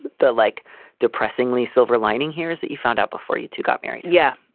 the like depressingly silver lining here is that you found out before you two got married. yeah.